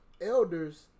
elders